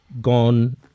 gone